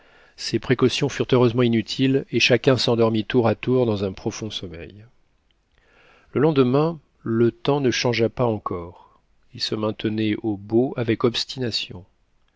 ces précautions furent heureusement inutiles et chacun s'endormit tour à tour dans un profond sommeil le lendemain le temps ne changea pas encore il se maintenait au beau avec obstination